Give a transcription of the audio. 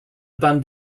band